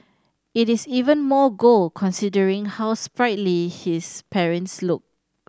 it is even more gold considering how sprightly his parents look